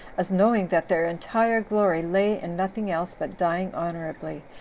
as knowing that their entire glory lay in nothing else but dying honorably,